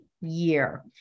year